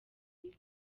riba